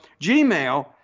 gmail